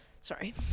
Sorry